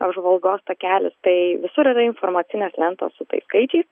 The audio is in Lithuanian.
apžvalgos takelis tai visur yra informacinės lentos su tais skaičiais